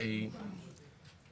אנחנו